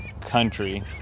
country